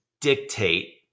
dictate